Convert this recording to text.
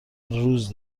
روز